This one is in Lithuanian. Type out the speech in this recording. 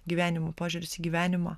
gyvenimų požiūris į gyvenimą